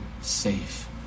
safe